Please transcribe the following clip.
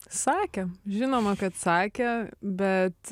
sakė žinoma kad sakė bet